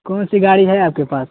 کون سی گاڑی ہے آپ کے پاس